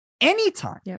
anytime